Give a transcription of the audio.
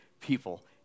people